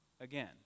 again